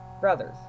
Brothers